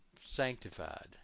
sanctified